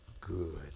good